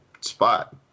spot